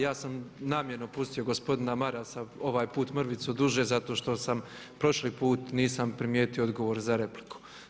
Ja sam namjerno pustio gospodina Marasa ovaj put mrvicu duže zato što prošli put nisam primijetio odgovor za repliku.